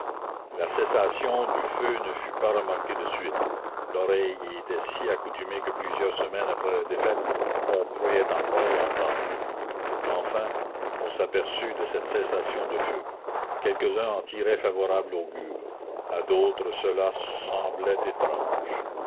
la cessation du feu ne fut pas remarquée de suite l'oreille y était si accoutumée que plusieurs semaines après la défaite on croyait encore l'entendre enfin on s'aperçut de cette cessation de feu quelques-uns en tiraient favorable augure à d'autres cela semblait étrange